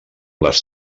les